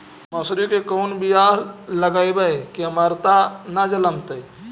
मसुरी के कोन बियाह लगइबै की अमरता न जलमतइ?